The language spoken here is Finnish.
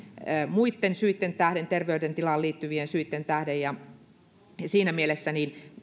muitten syitten tähden terveydentilaan liittyvien syitten tähden siinä mielessä